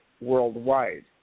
worldwide